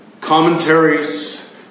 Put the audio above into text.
commentaries